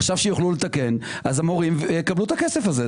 עכשיו יוכלו לתקן, אז המורים יקבלו את הכסף הזה.